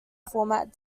format